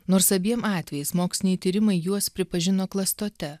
nors abiem atvejais moksliniai tyrimai juos pripažino klastote